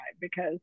because-